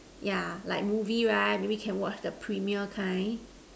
yeah like movie like maybe can watch the premium kind